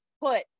put